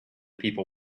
people